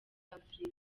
afurika